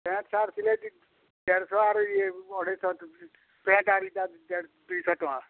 pant shirt ସିଲେଇ ଚାର୍ଶହ ଆର୍ ଇଏ ଅଢ଼େଇଶହ ପ୍ୟାଣ୍ଟ୍ ଆର୍ ଇଟା ଦୁଇଶହ ଟଙ୍କା